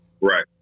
Right